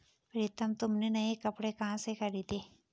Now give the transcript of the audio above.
प्रितम तुमने नए कपड़े कहां से खरीदें?